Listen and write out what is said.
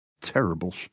Terrible